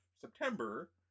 September